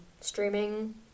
streaming